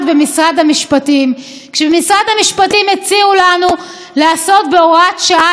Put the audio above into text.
כשבמשרד המשפטים הציעו לנו לעשות בהוראת שעה תיקון לתקציב הדו-שנתי,